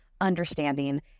understanding